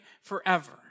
forever